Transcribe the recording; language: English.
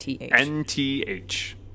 N-T-H